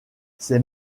ses